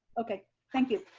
okay, thank you.